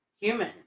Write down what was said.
human